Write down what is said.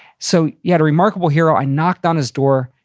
so you had a remarkable hero. i knocked on his door,